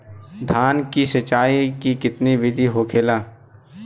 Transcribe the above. धान की सिंचाई की कितना बिदी होखेला?